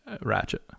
Ratchet